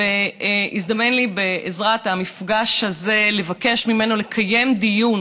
והזדמן לי, בעזרת המפגש הזה, לבקש ממנו לקיים דיון